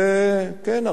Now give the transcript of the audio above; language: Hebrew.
וכן,